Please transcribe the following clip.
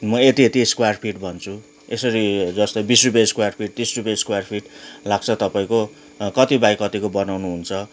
म यति यति स्क्वायर फिट भन्छु यसरी जस्तै बिस रुपियाँ स्क्वायर फिट तिस रुपियाँ फिट लाग्छ तपाईँको कति बाई कतिको बनाउनुहुन्छ